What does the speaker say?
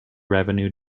revenue